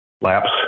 laps